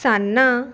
सान्नां